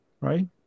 right